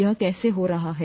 यह कैसे हो रहा है